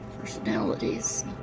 personalities